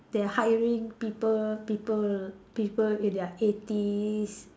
they are hiring people people people in their eighties